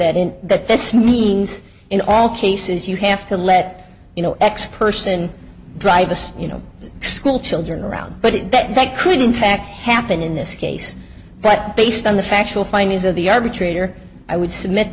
in that this means in all cases you have to let you know x person drives you know school children around but it that that could in fact happen in this case but based on the factual findings of the arbitrator i would submit